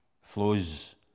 flows